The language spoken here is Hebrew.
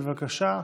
בבקשה,